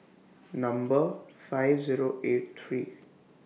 Number five Zero eight three